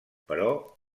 però